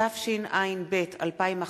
התשע”ב 2011,